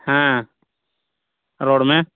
ᱦᱮᱸ ᱨᱚᱲᱢᱮ